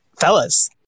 fellas